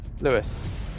Lewis